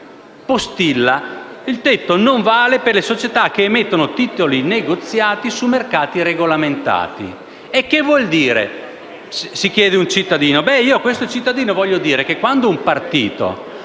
il tetto non vale per le società che emettono titoli negoziati su mercati regolamentati.